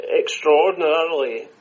extraordinarily